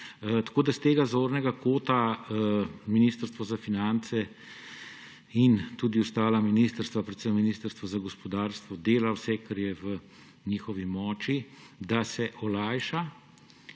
kapital. S tega zornega kota Ministrstvo za finance in tudi ostala ministrstva, predvsem ministrstvo za gospodarstvo, delajo vse, kar je v njihovi moči, da se olajša.